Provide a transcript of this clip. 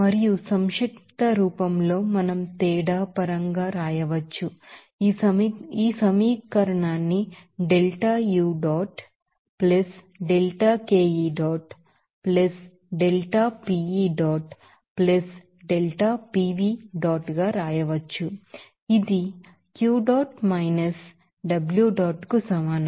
మరియు సంక్షిప్త రూపంలో మనం తేడా పరంగా రాయవచ్చు ఈ సమీకరణాన్ని delta U dot plus delta KE dot plus delta PE dot plus delta PV dot గా రాయవచ్చు ఇది Q dot minus W dot కు సమానం